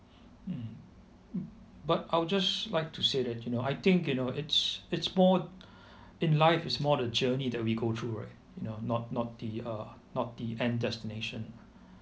mm but I would just like to say that you know I think you know it's it's more in life it's more the journey that we go through right you know not not the uh not the end destination